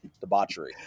debauchery